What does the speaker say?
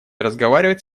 разговаривать